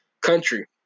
country